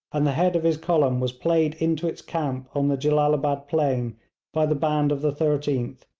and the head of his column was played into its camp on the jellalabad plain by the band of the thirteenth,